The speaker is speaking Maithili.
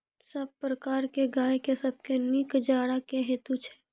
सब प्रकारक गाय के सबसे नीक चारा की हेतु छै?